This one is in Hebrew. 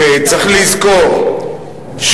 שצריך לזכור,